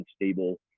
unstable